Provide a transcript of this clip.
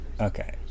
okay